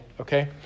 okay